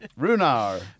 Runar